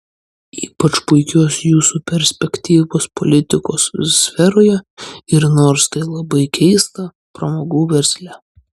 ypač puikios jūsų perspektyvos politikos sferoje ir nors tai labai keista pramogų versle